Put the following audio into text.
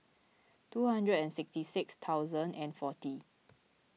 two hundred and sixty six thousand and forty